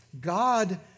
God